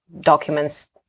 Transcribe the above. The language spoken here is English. documents